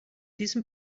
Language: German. diesem